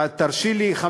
תרשי לי,